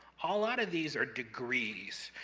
ah a lot of these are degrees,